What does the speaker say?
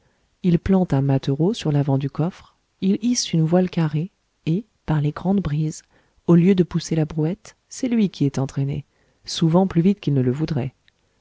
il plante un mâtereau sur l'avant du coffre il hisse une voile carrée et par les grandes brises au lieu de pousser la brouette c'est lui qui est entraîné souvent plus vite qu'il ne le voudrait